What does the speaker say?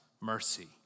mercy